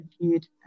viewed